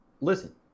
listen